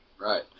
Right